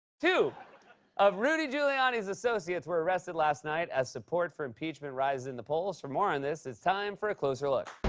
two of rudy giuliani's associates were arrested last night as support for impeachment rises in the polls. for more on this, it's time for a closer look.